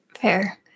fair